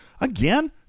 again